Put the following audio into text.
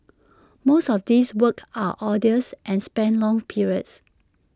most of these works are arduous and span long periods